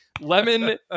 lemon